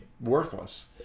worthless